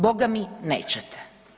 Bogami nećete.